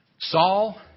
Saul